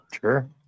Sure